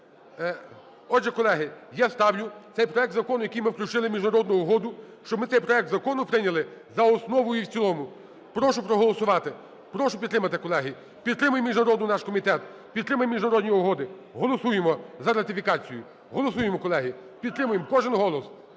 Отже, колеги, я ставлю цей проект закону, який ми включили, міжнародну угоду, щоб ми цей проект закону прийняли за основу і в цілому. Прошу проголосувати, прошу підтримати, колеги. Підтримуємо міжнародний наш комітет, підтримуємо міжнародні угоди, голосуємо за ратифікацію. Голосуємо, колеги, підтримуємо, кожен голос